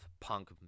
punk